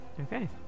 Okay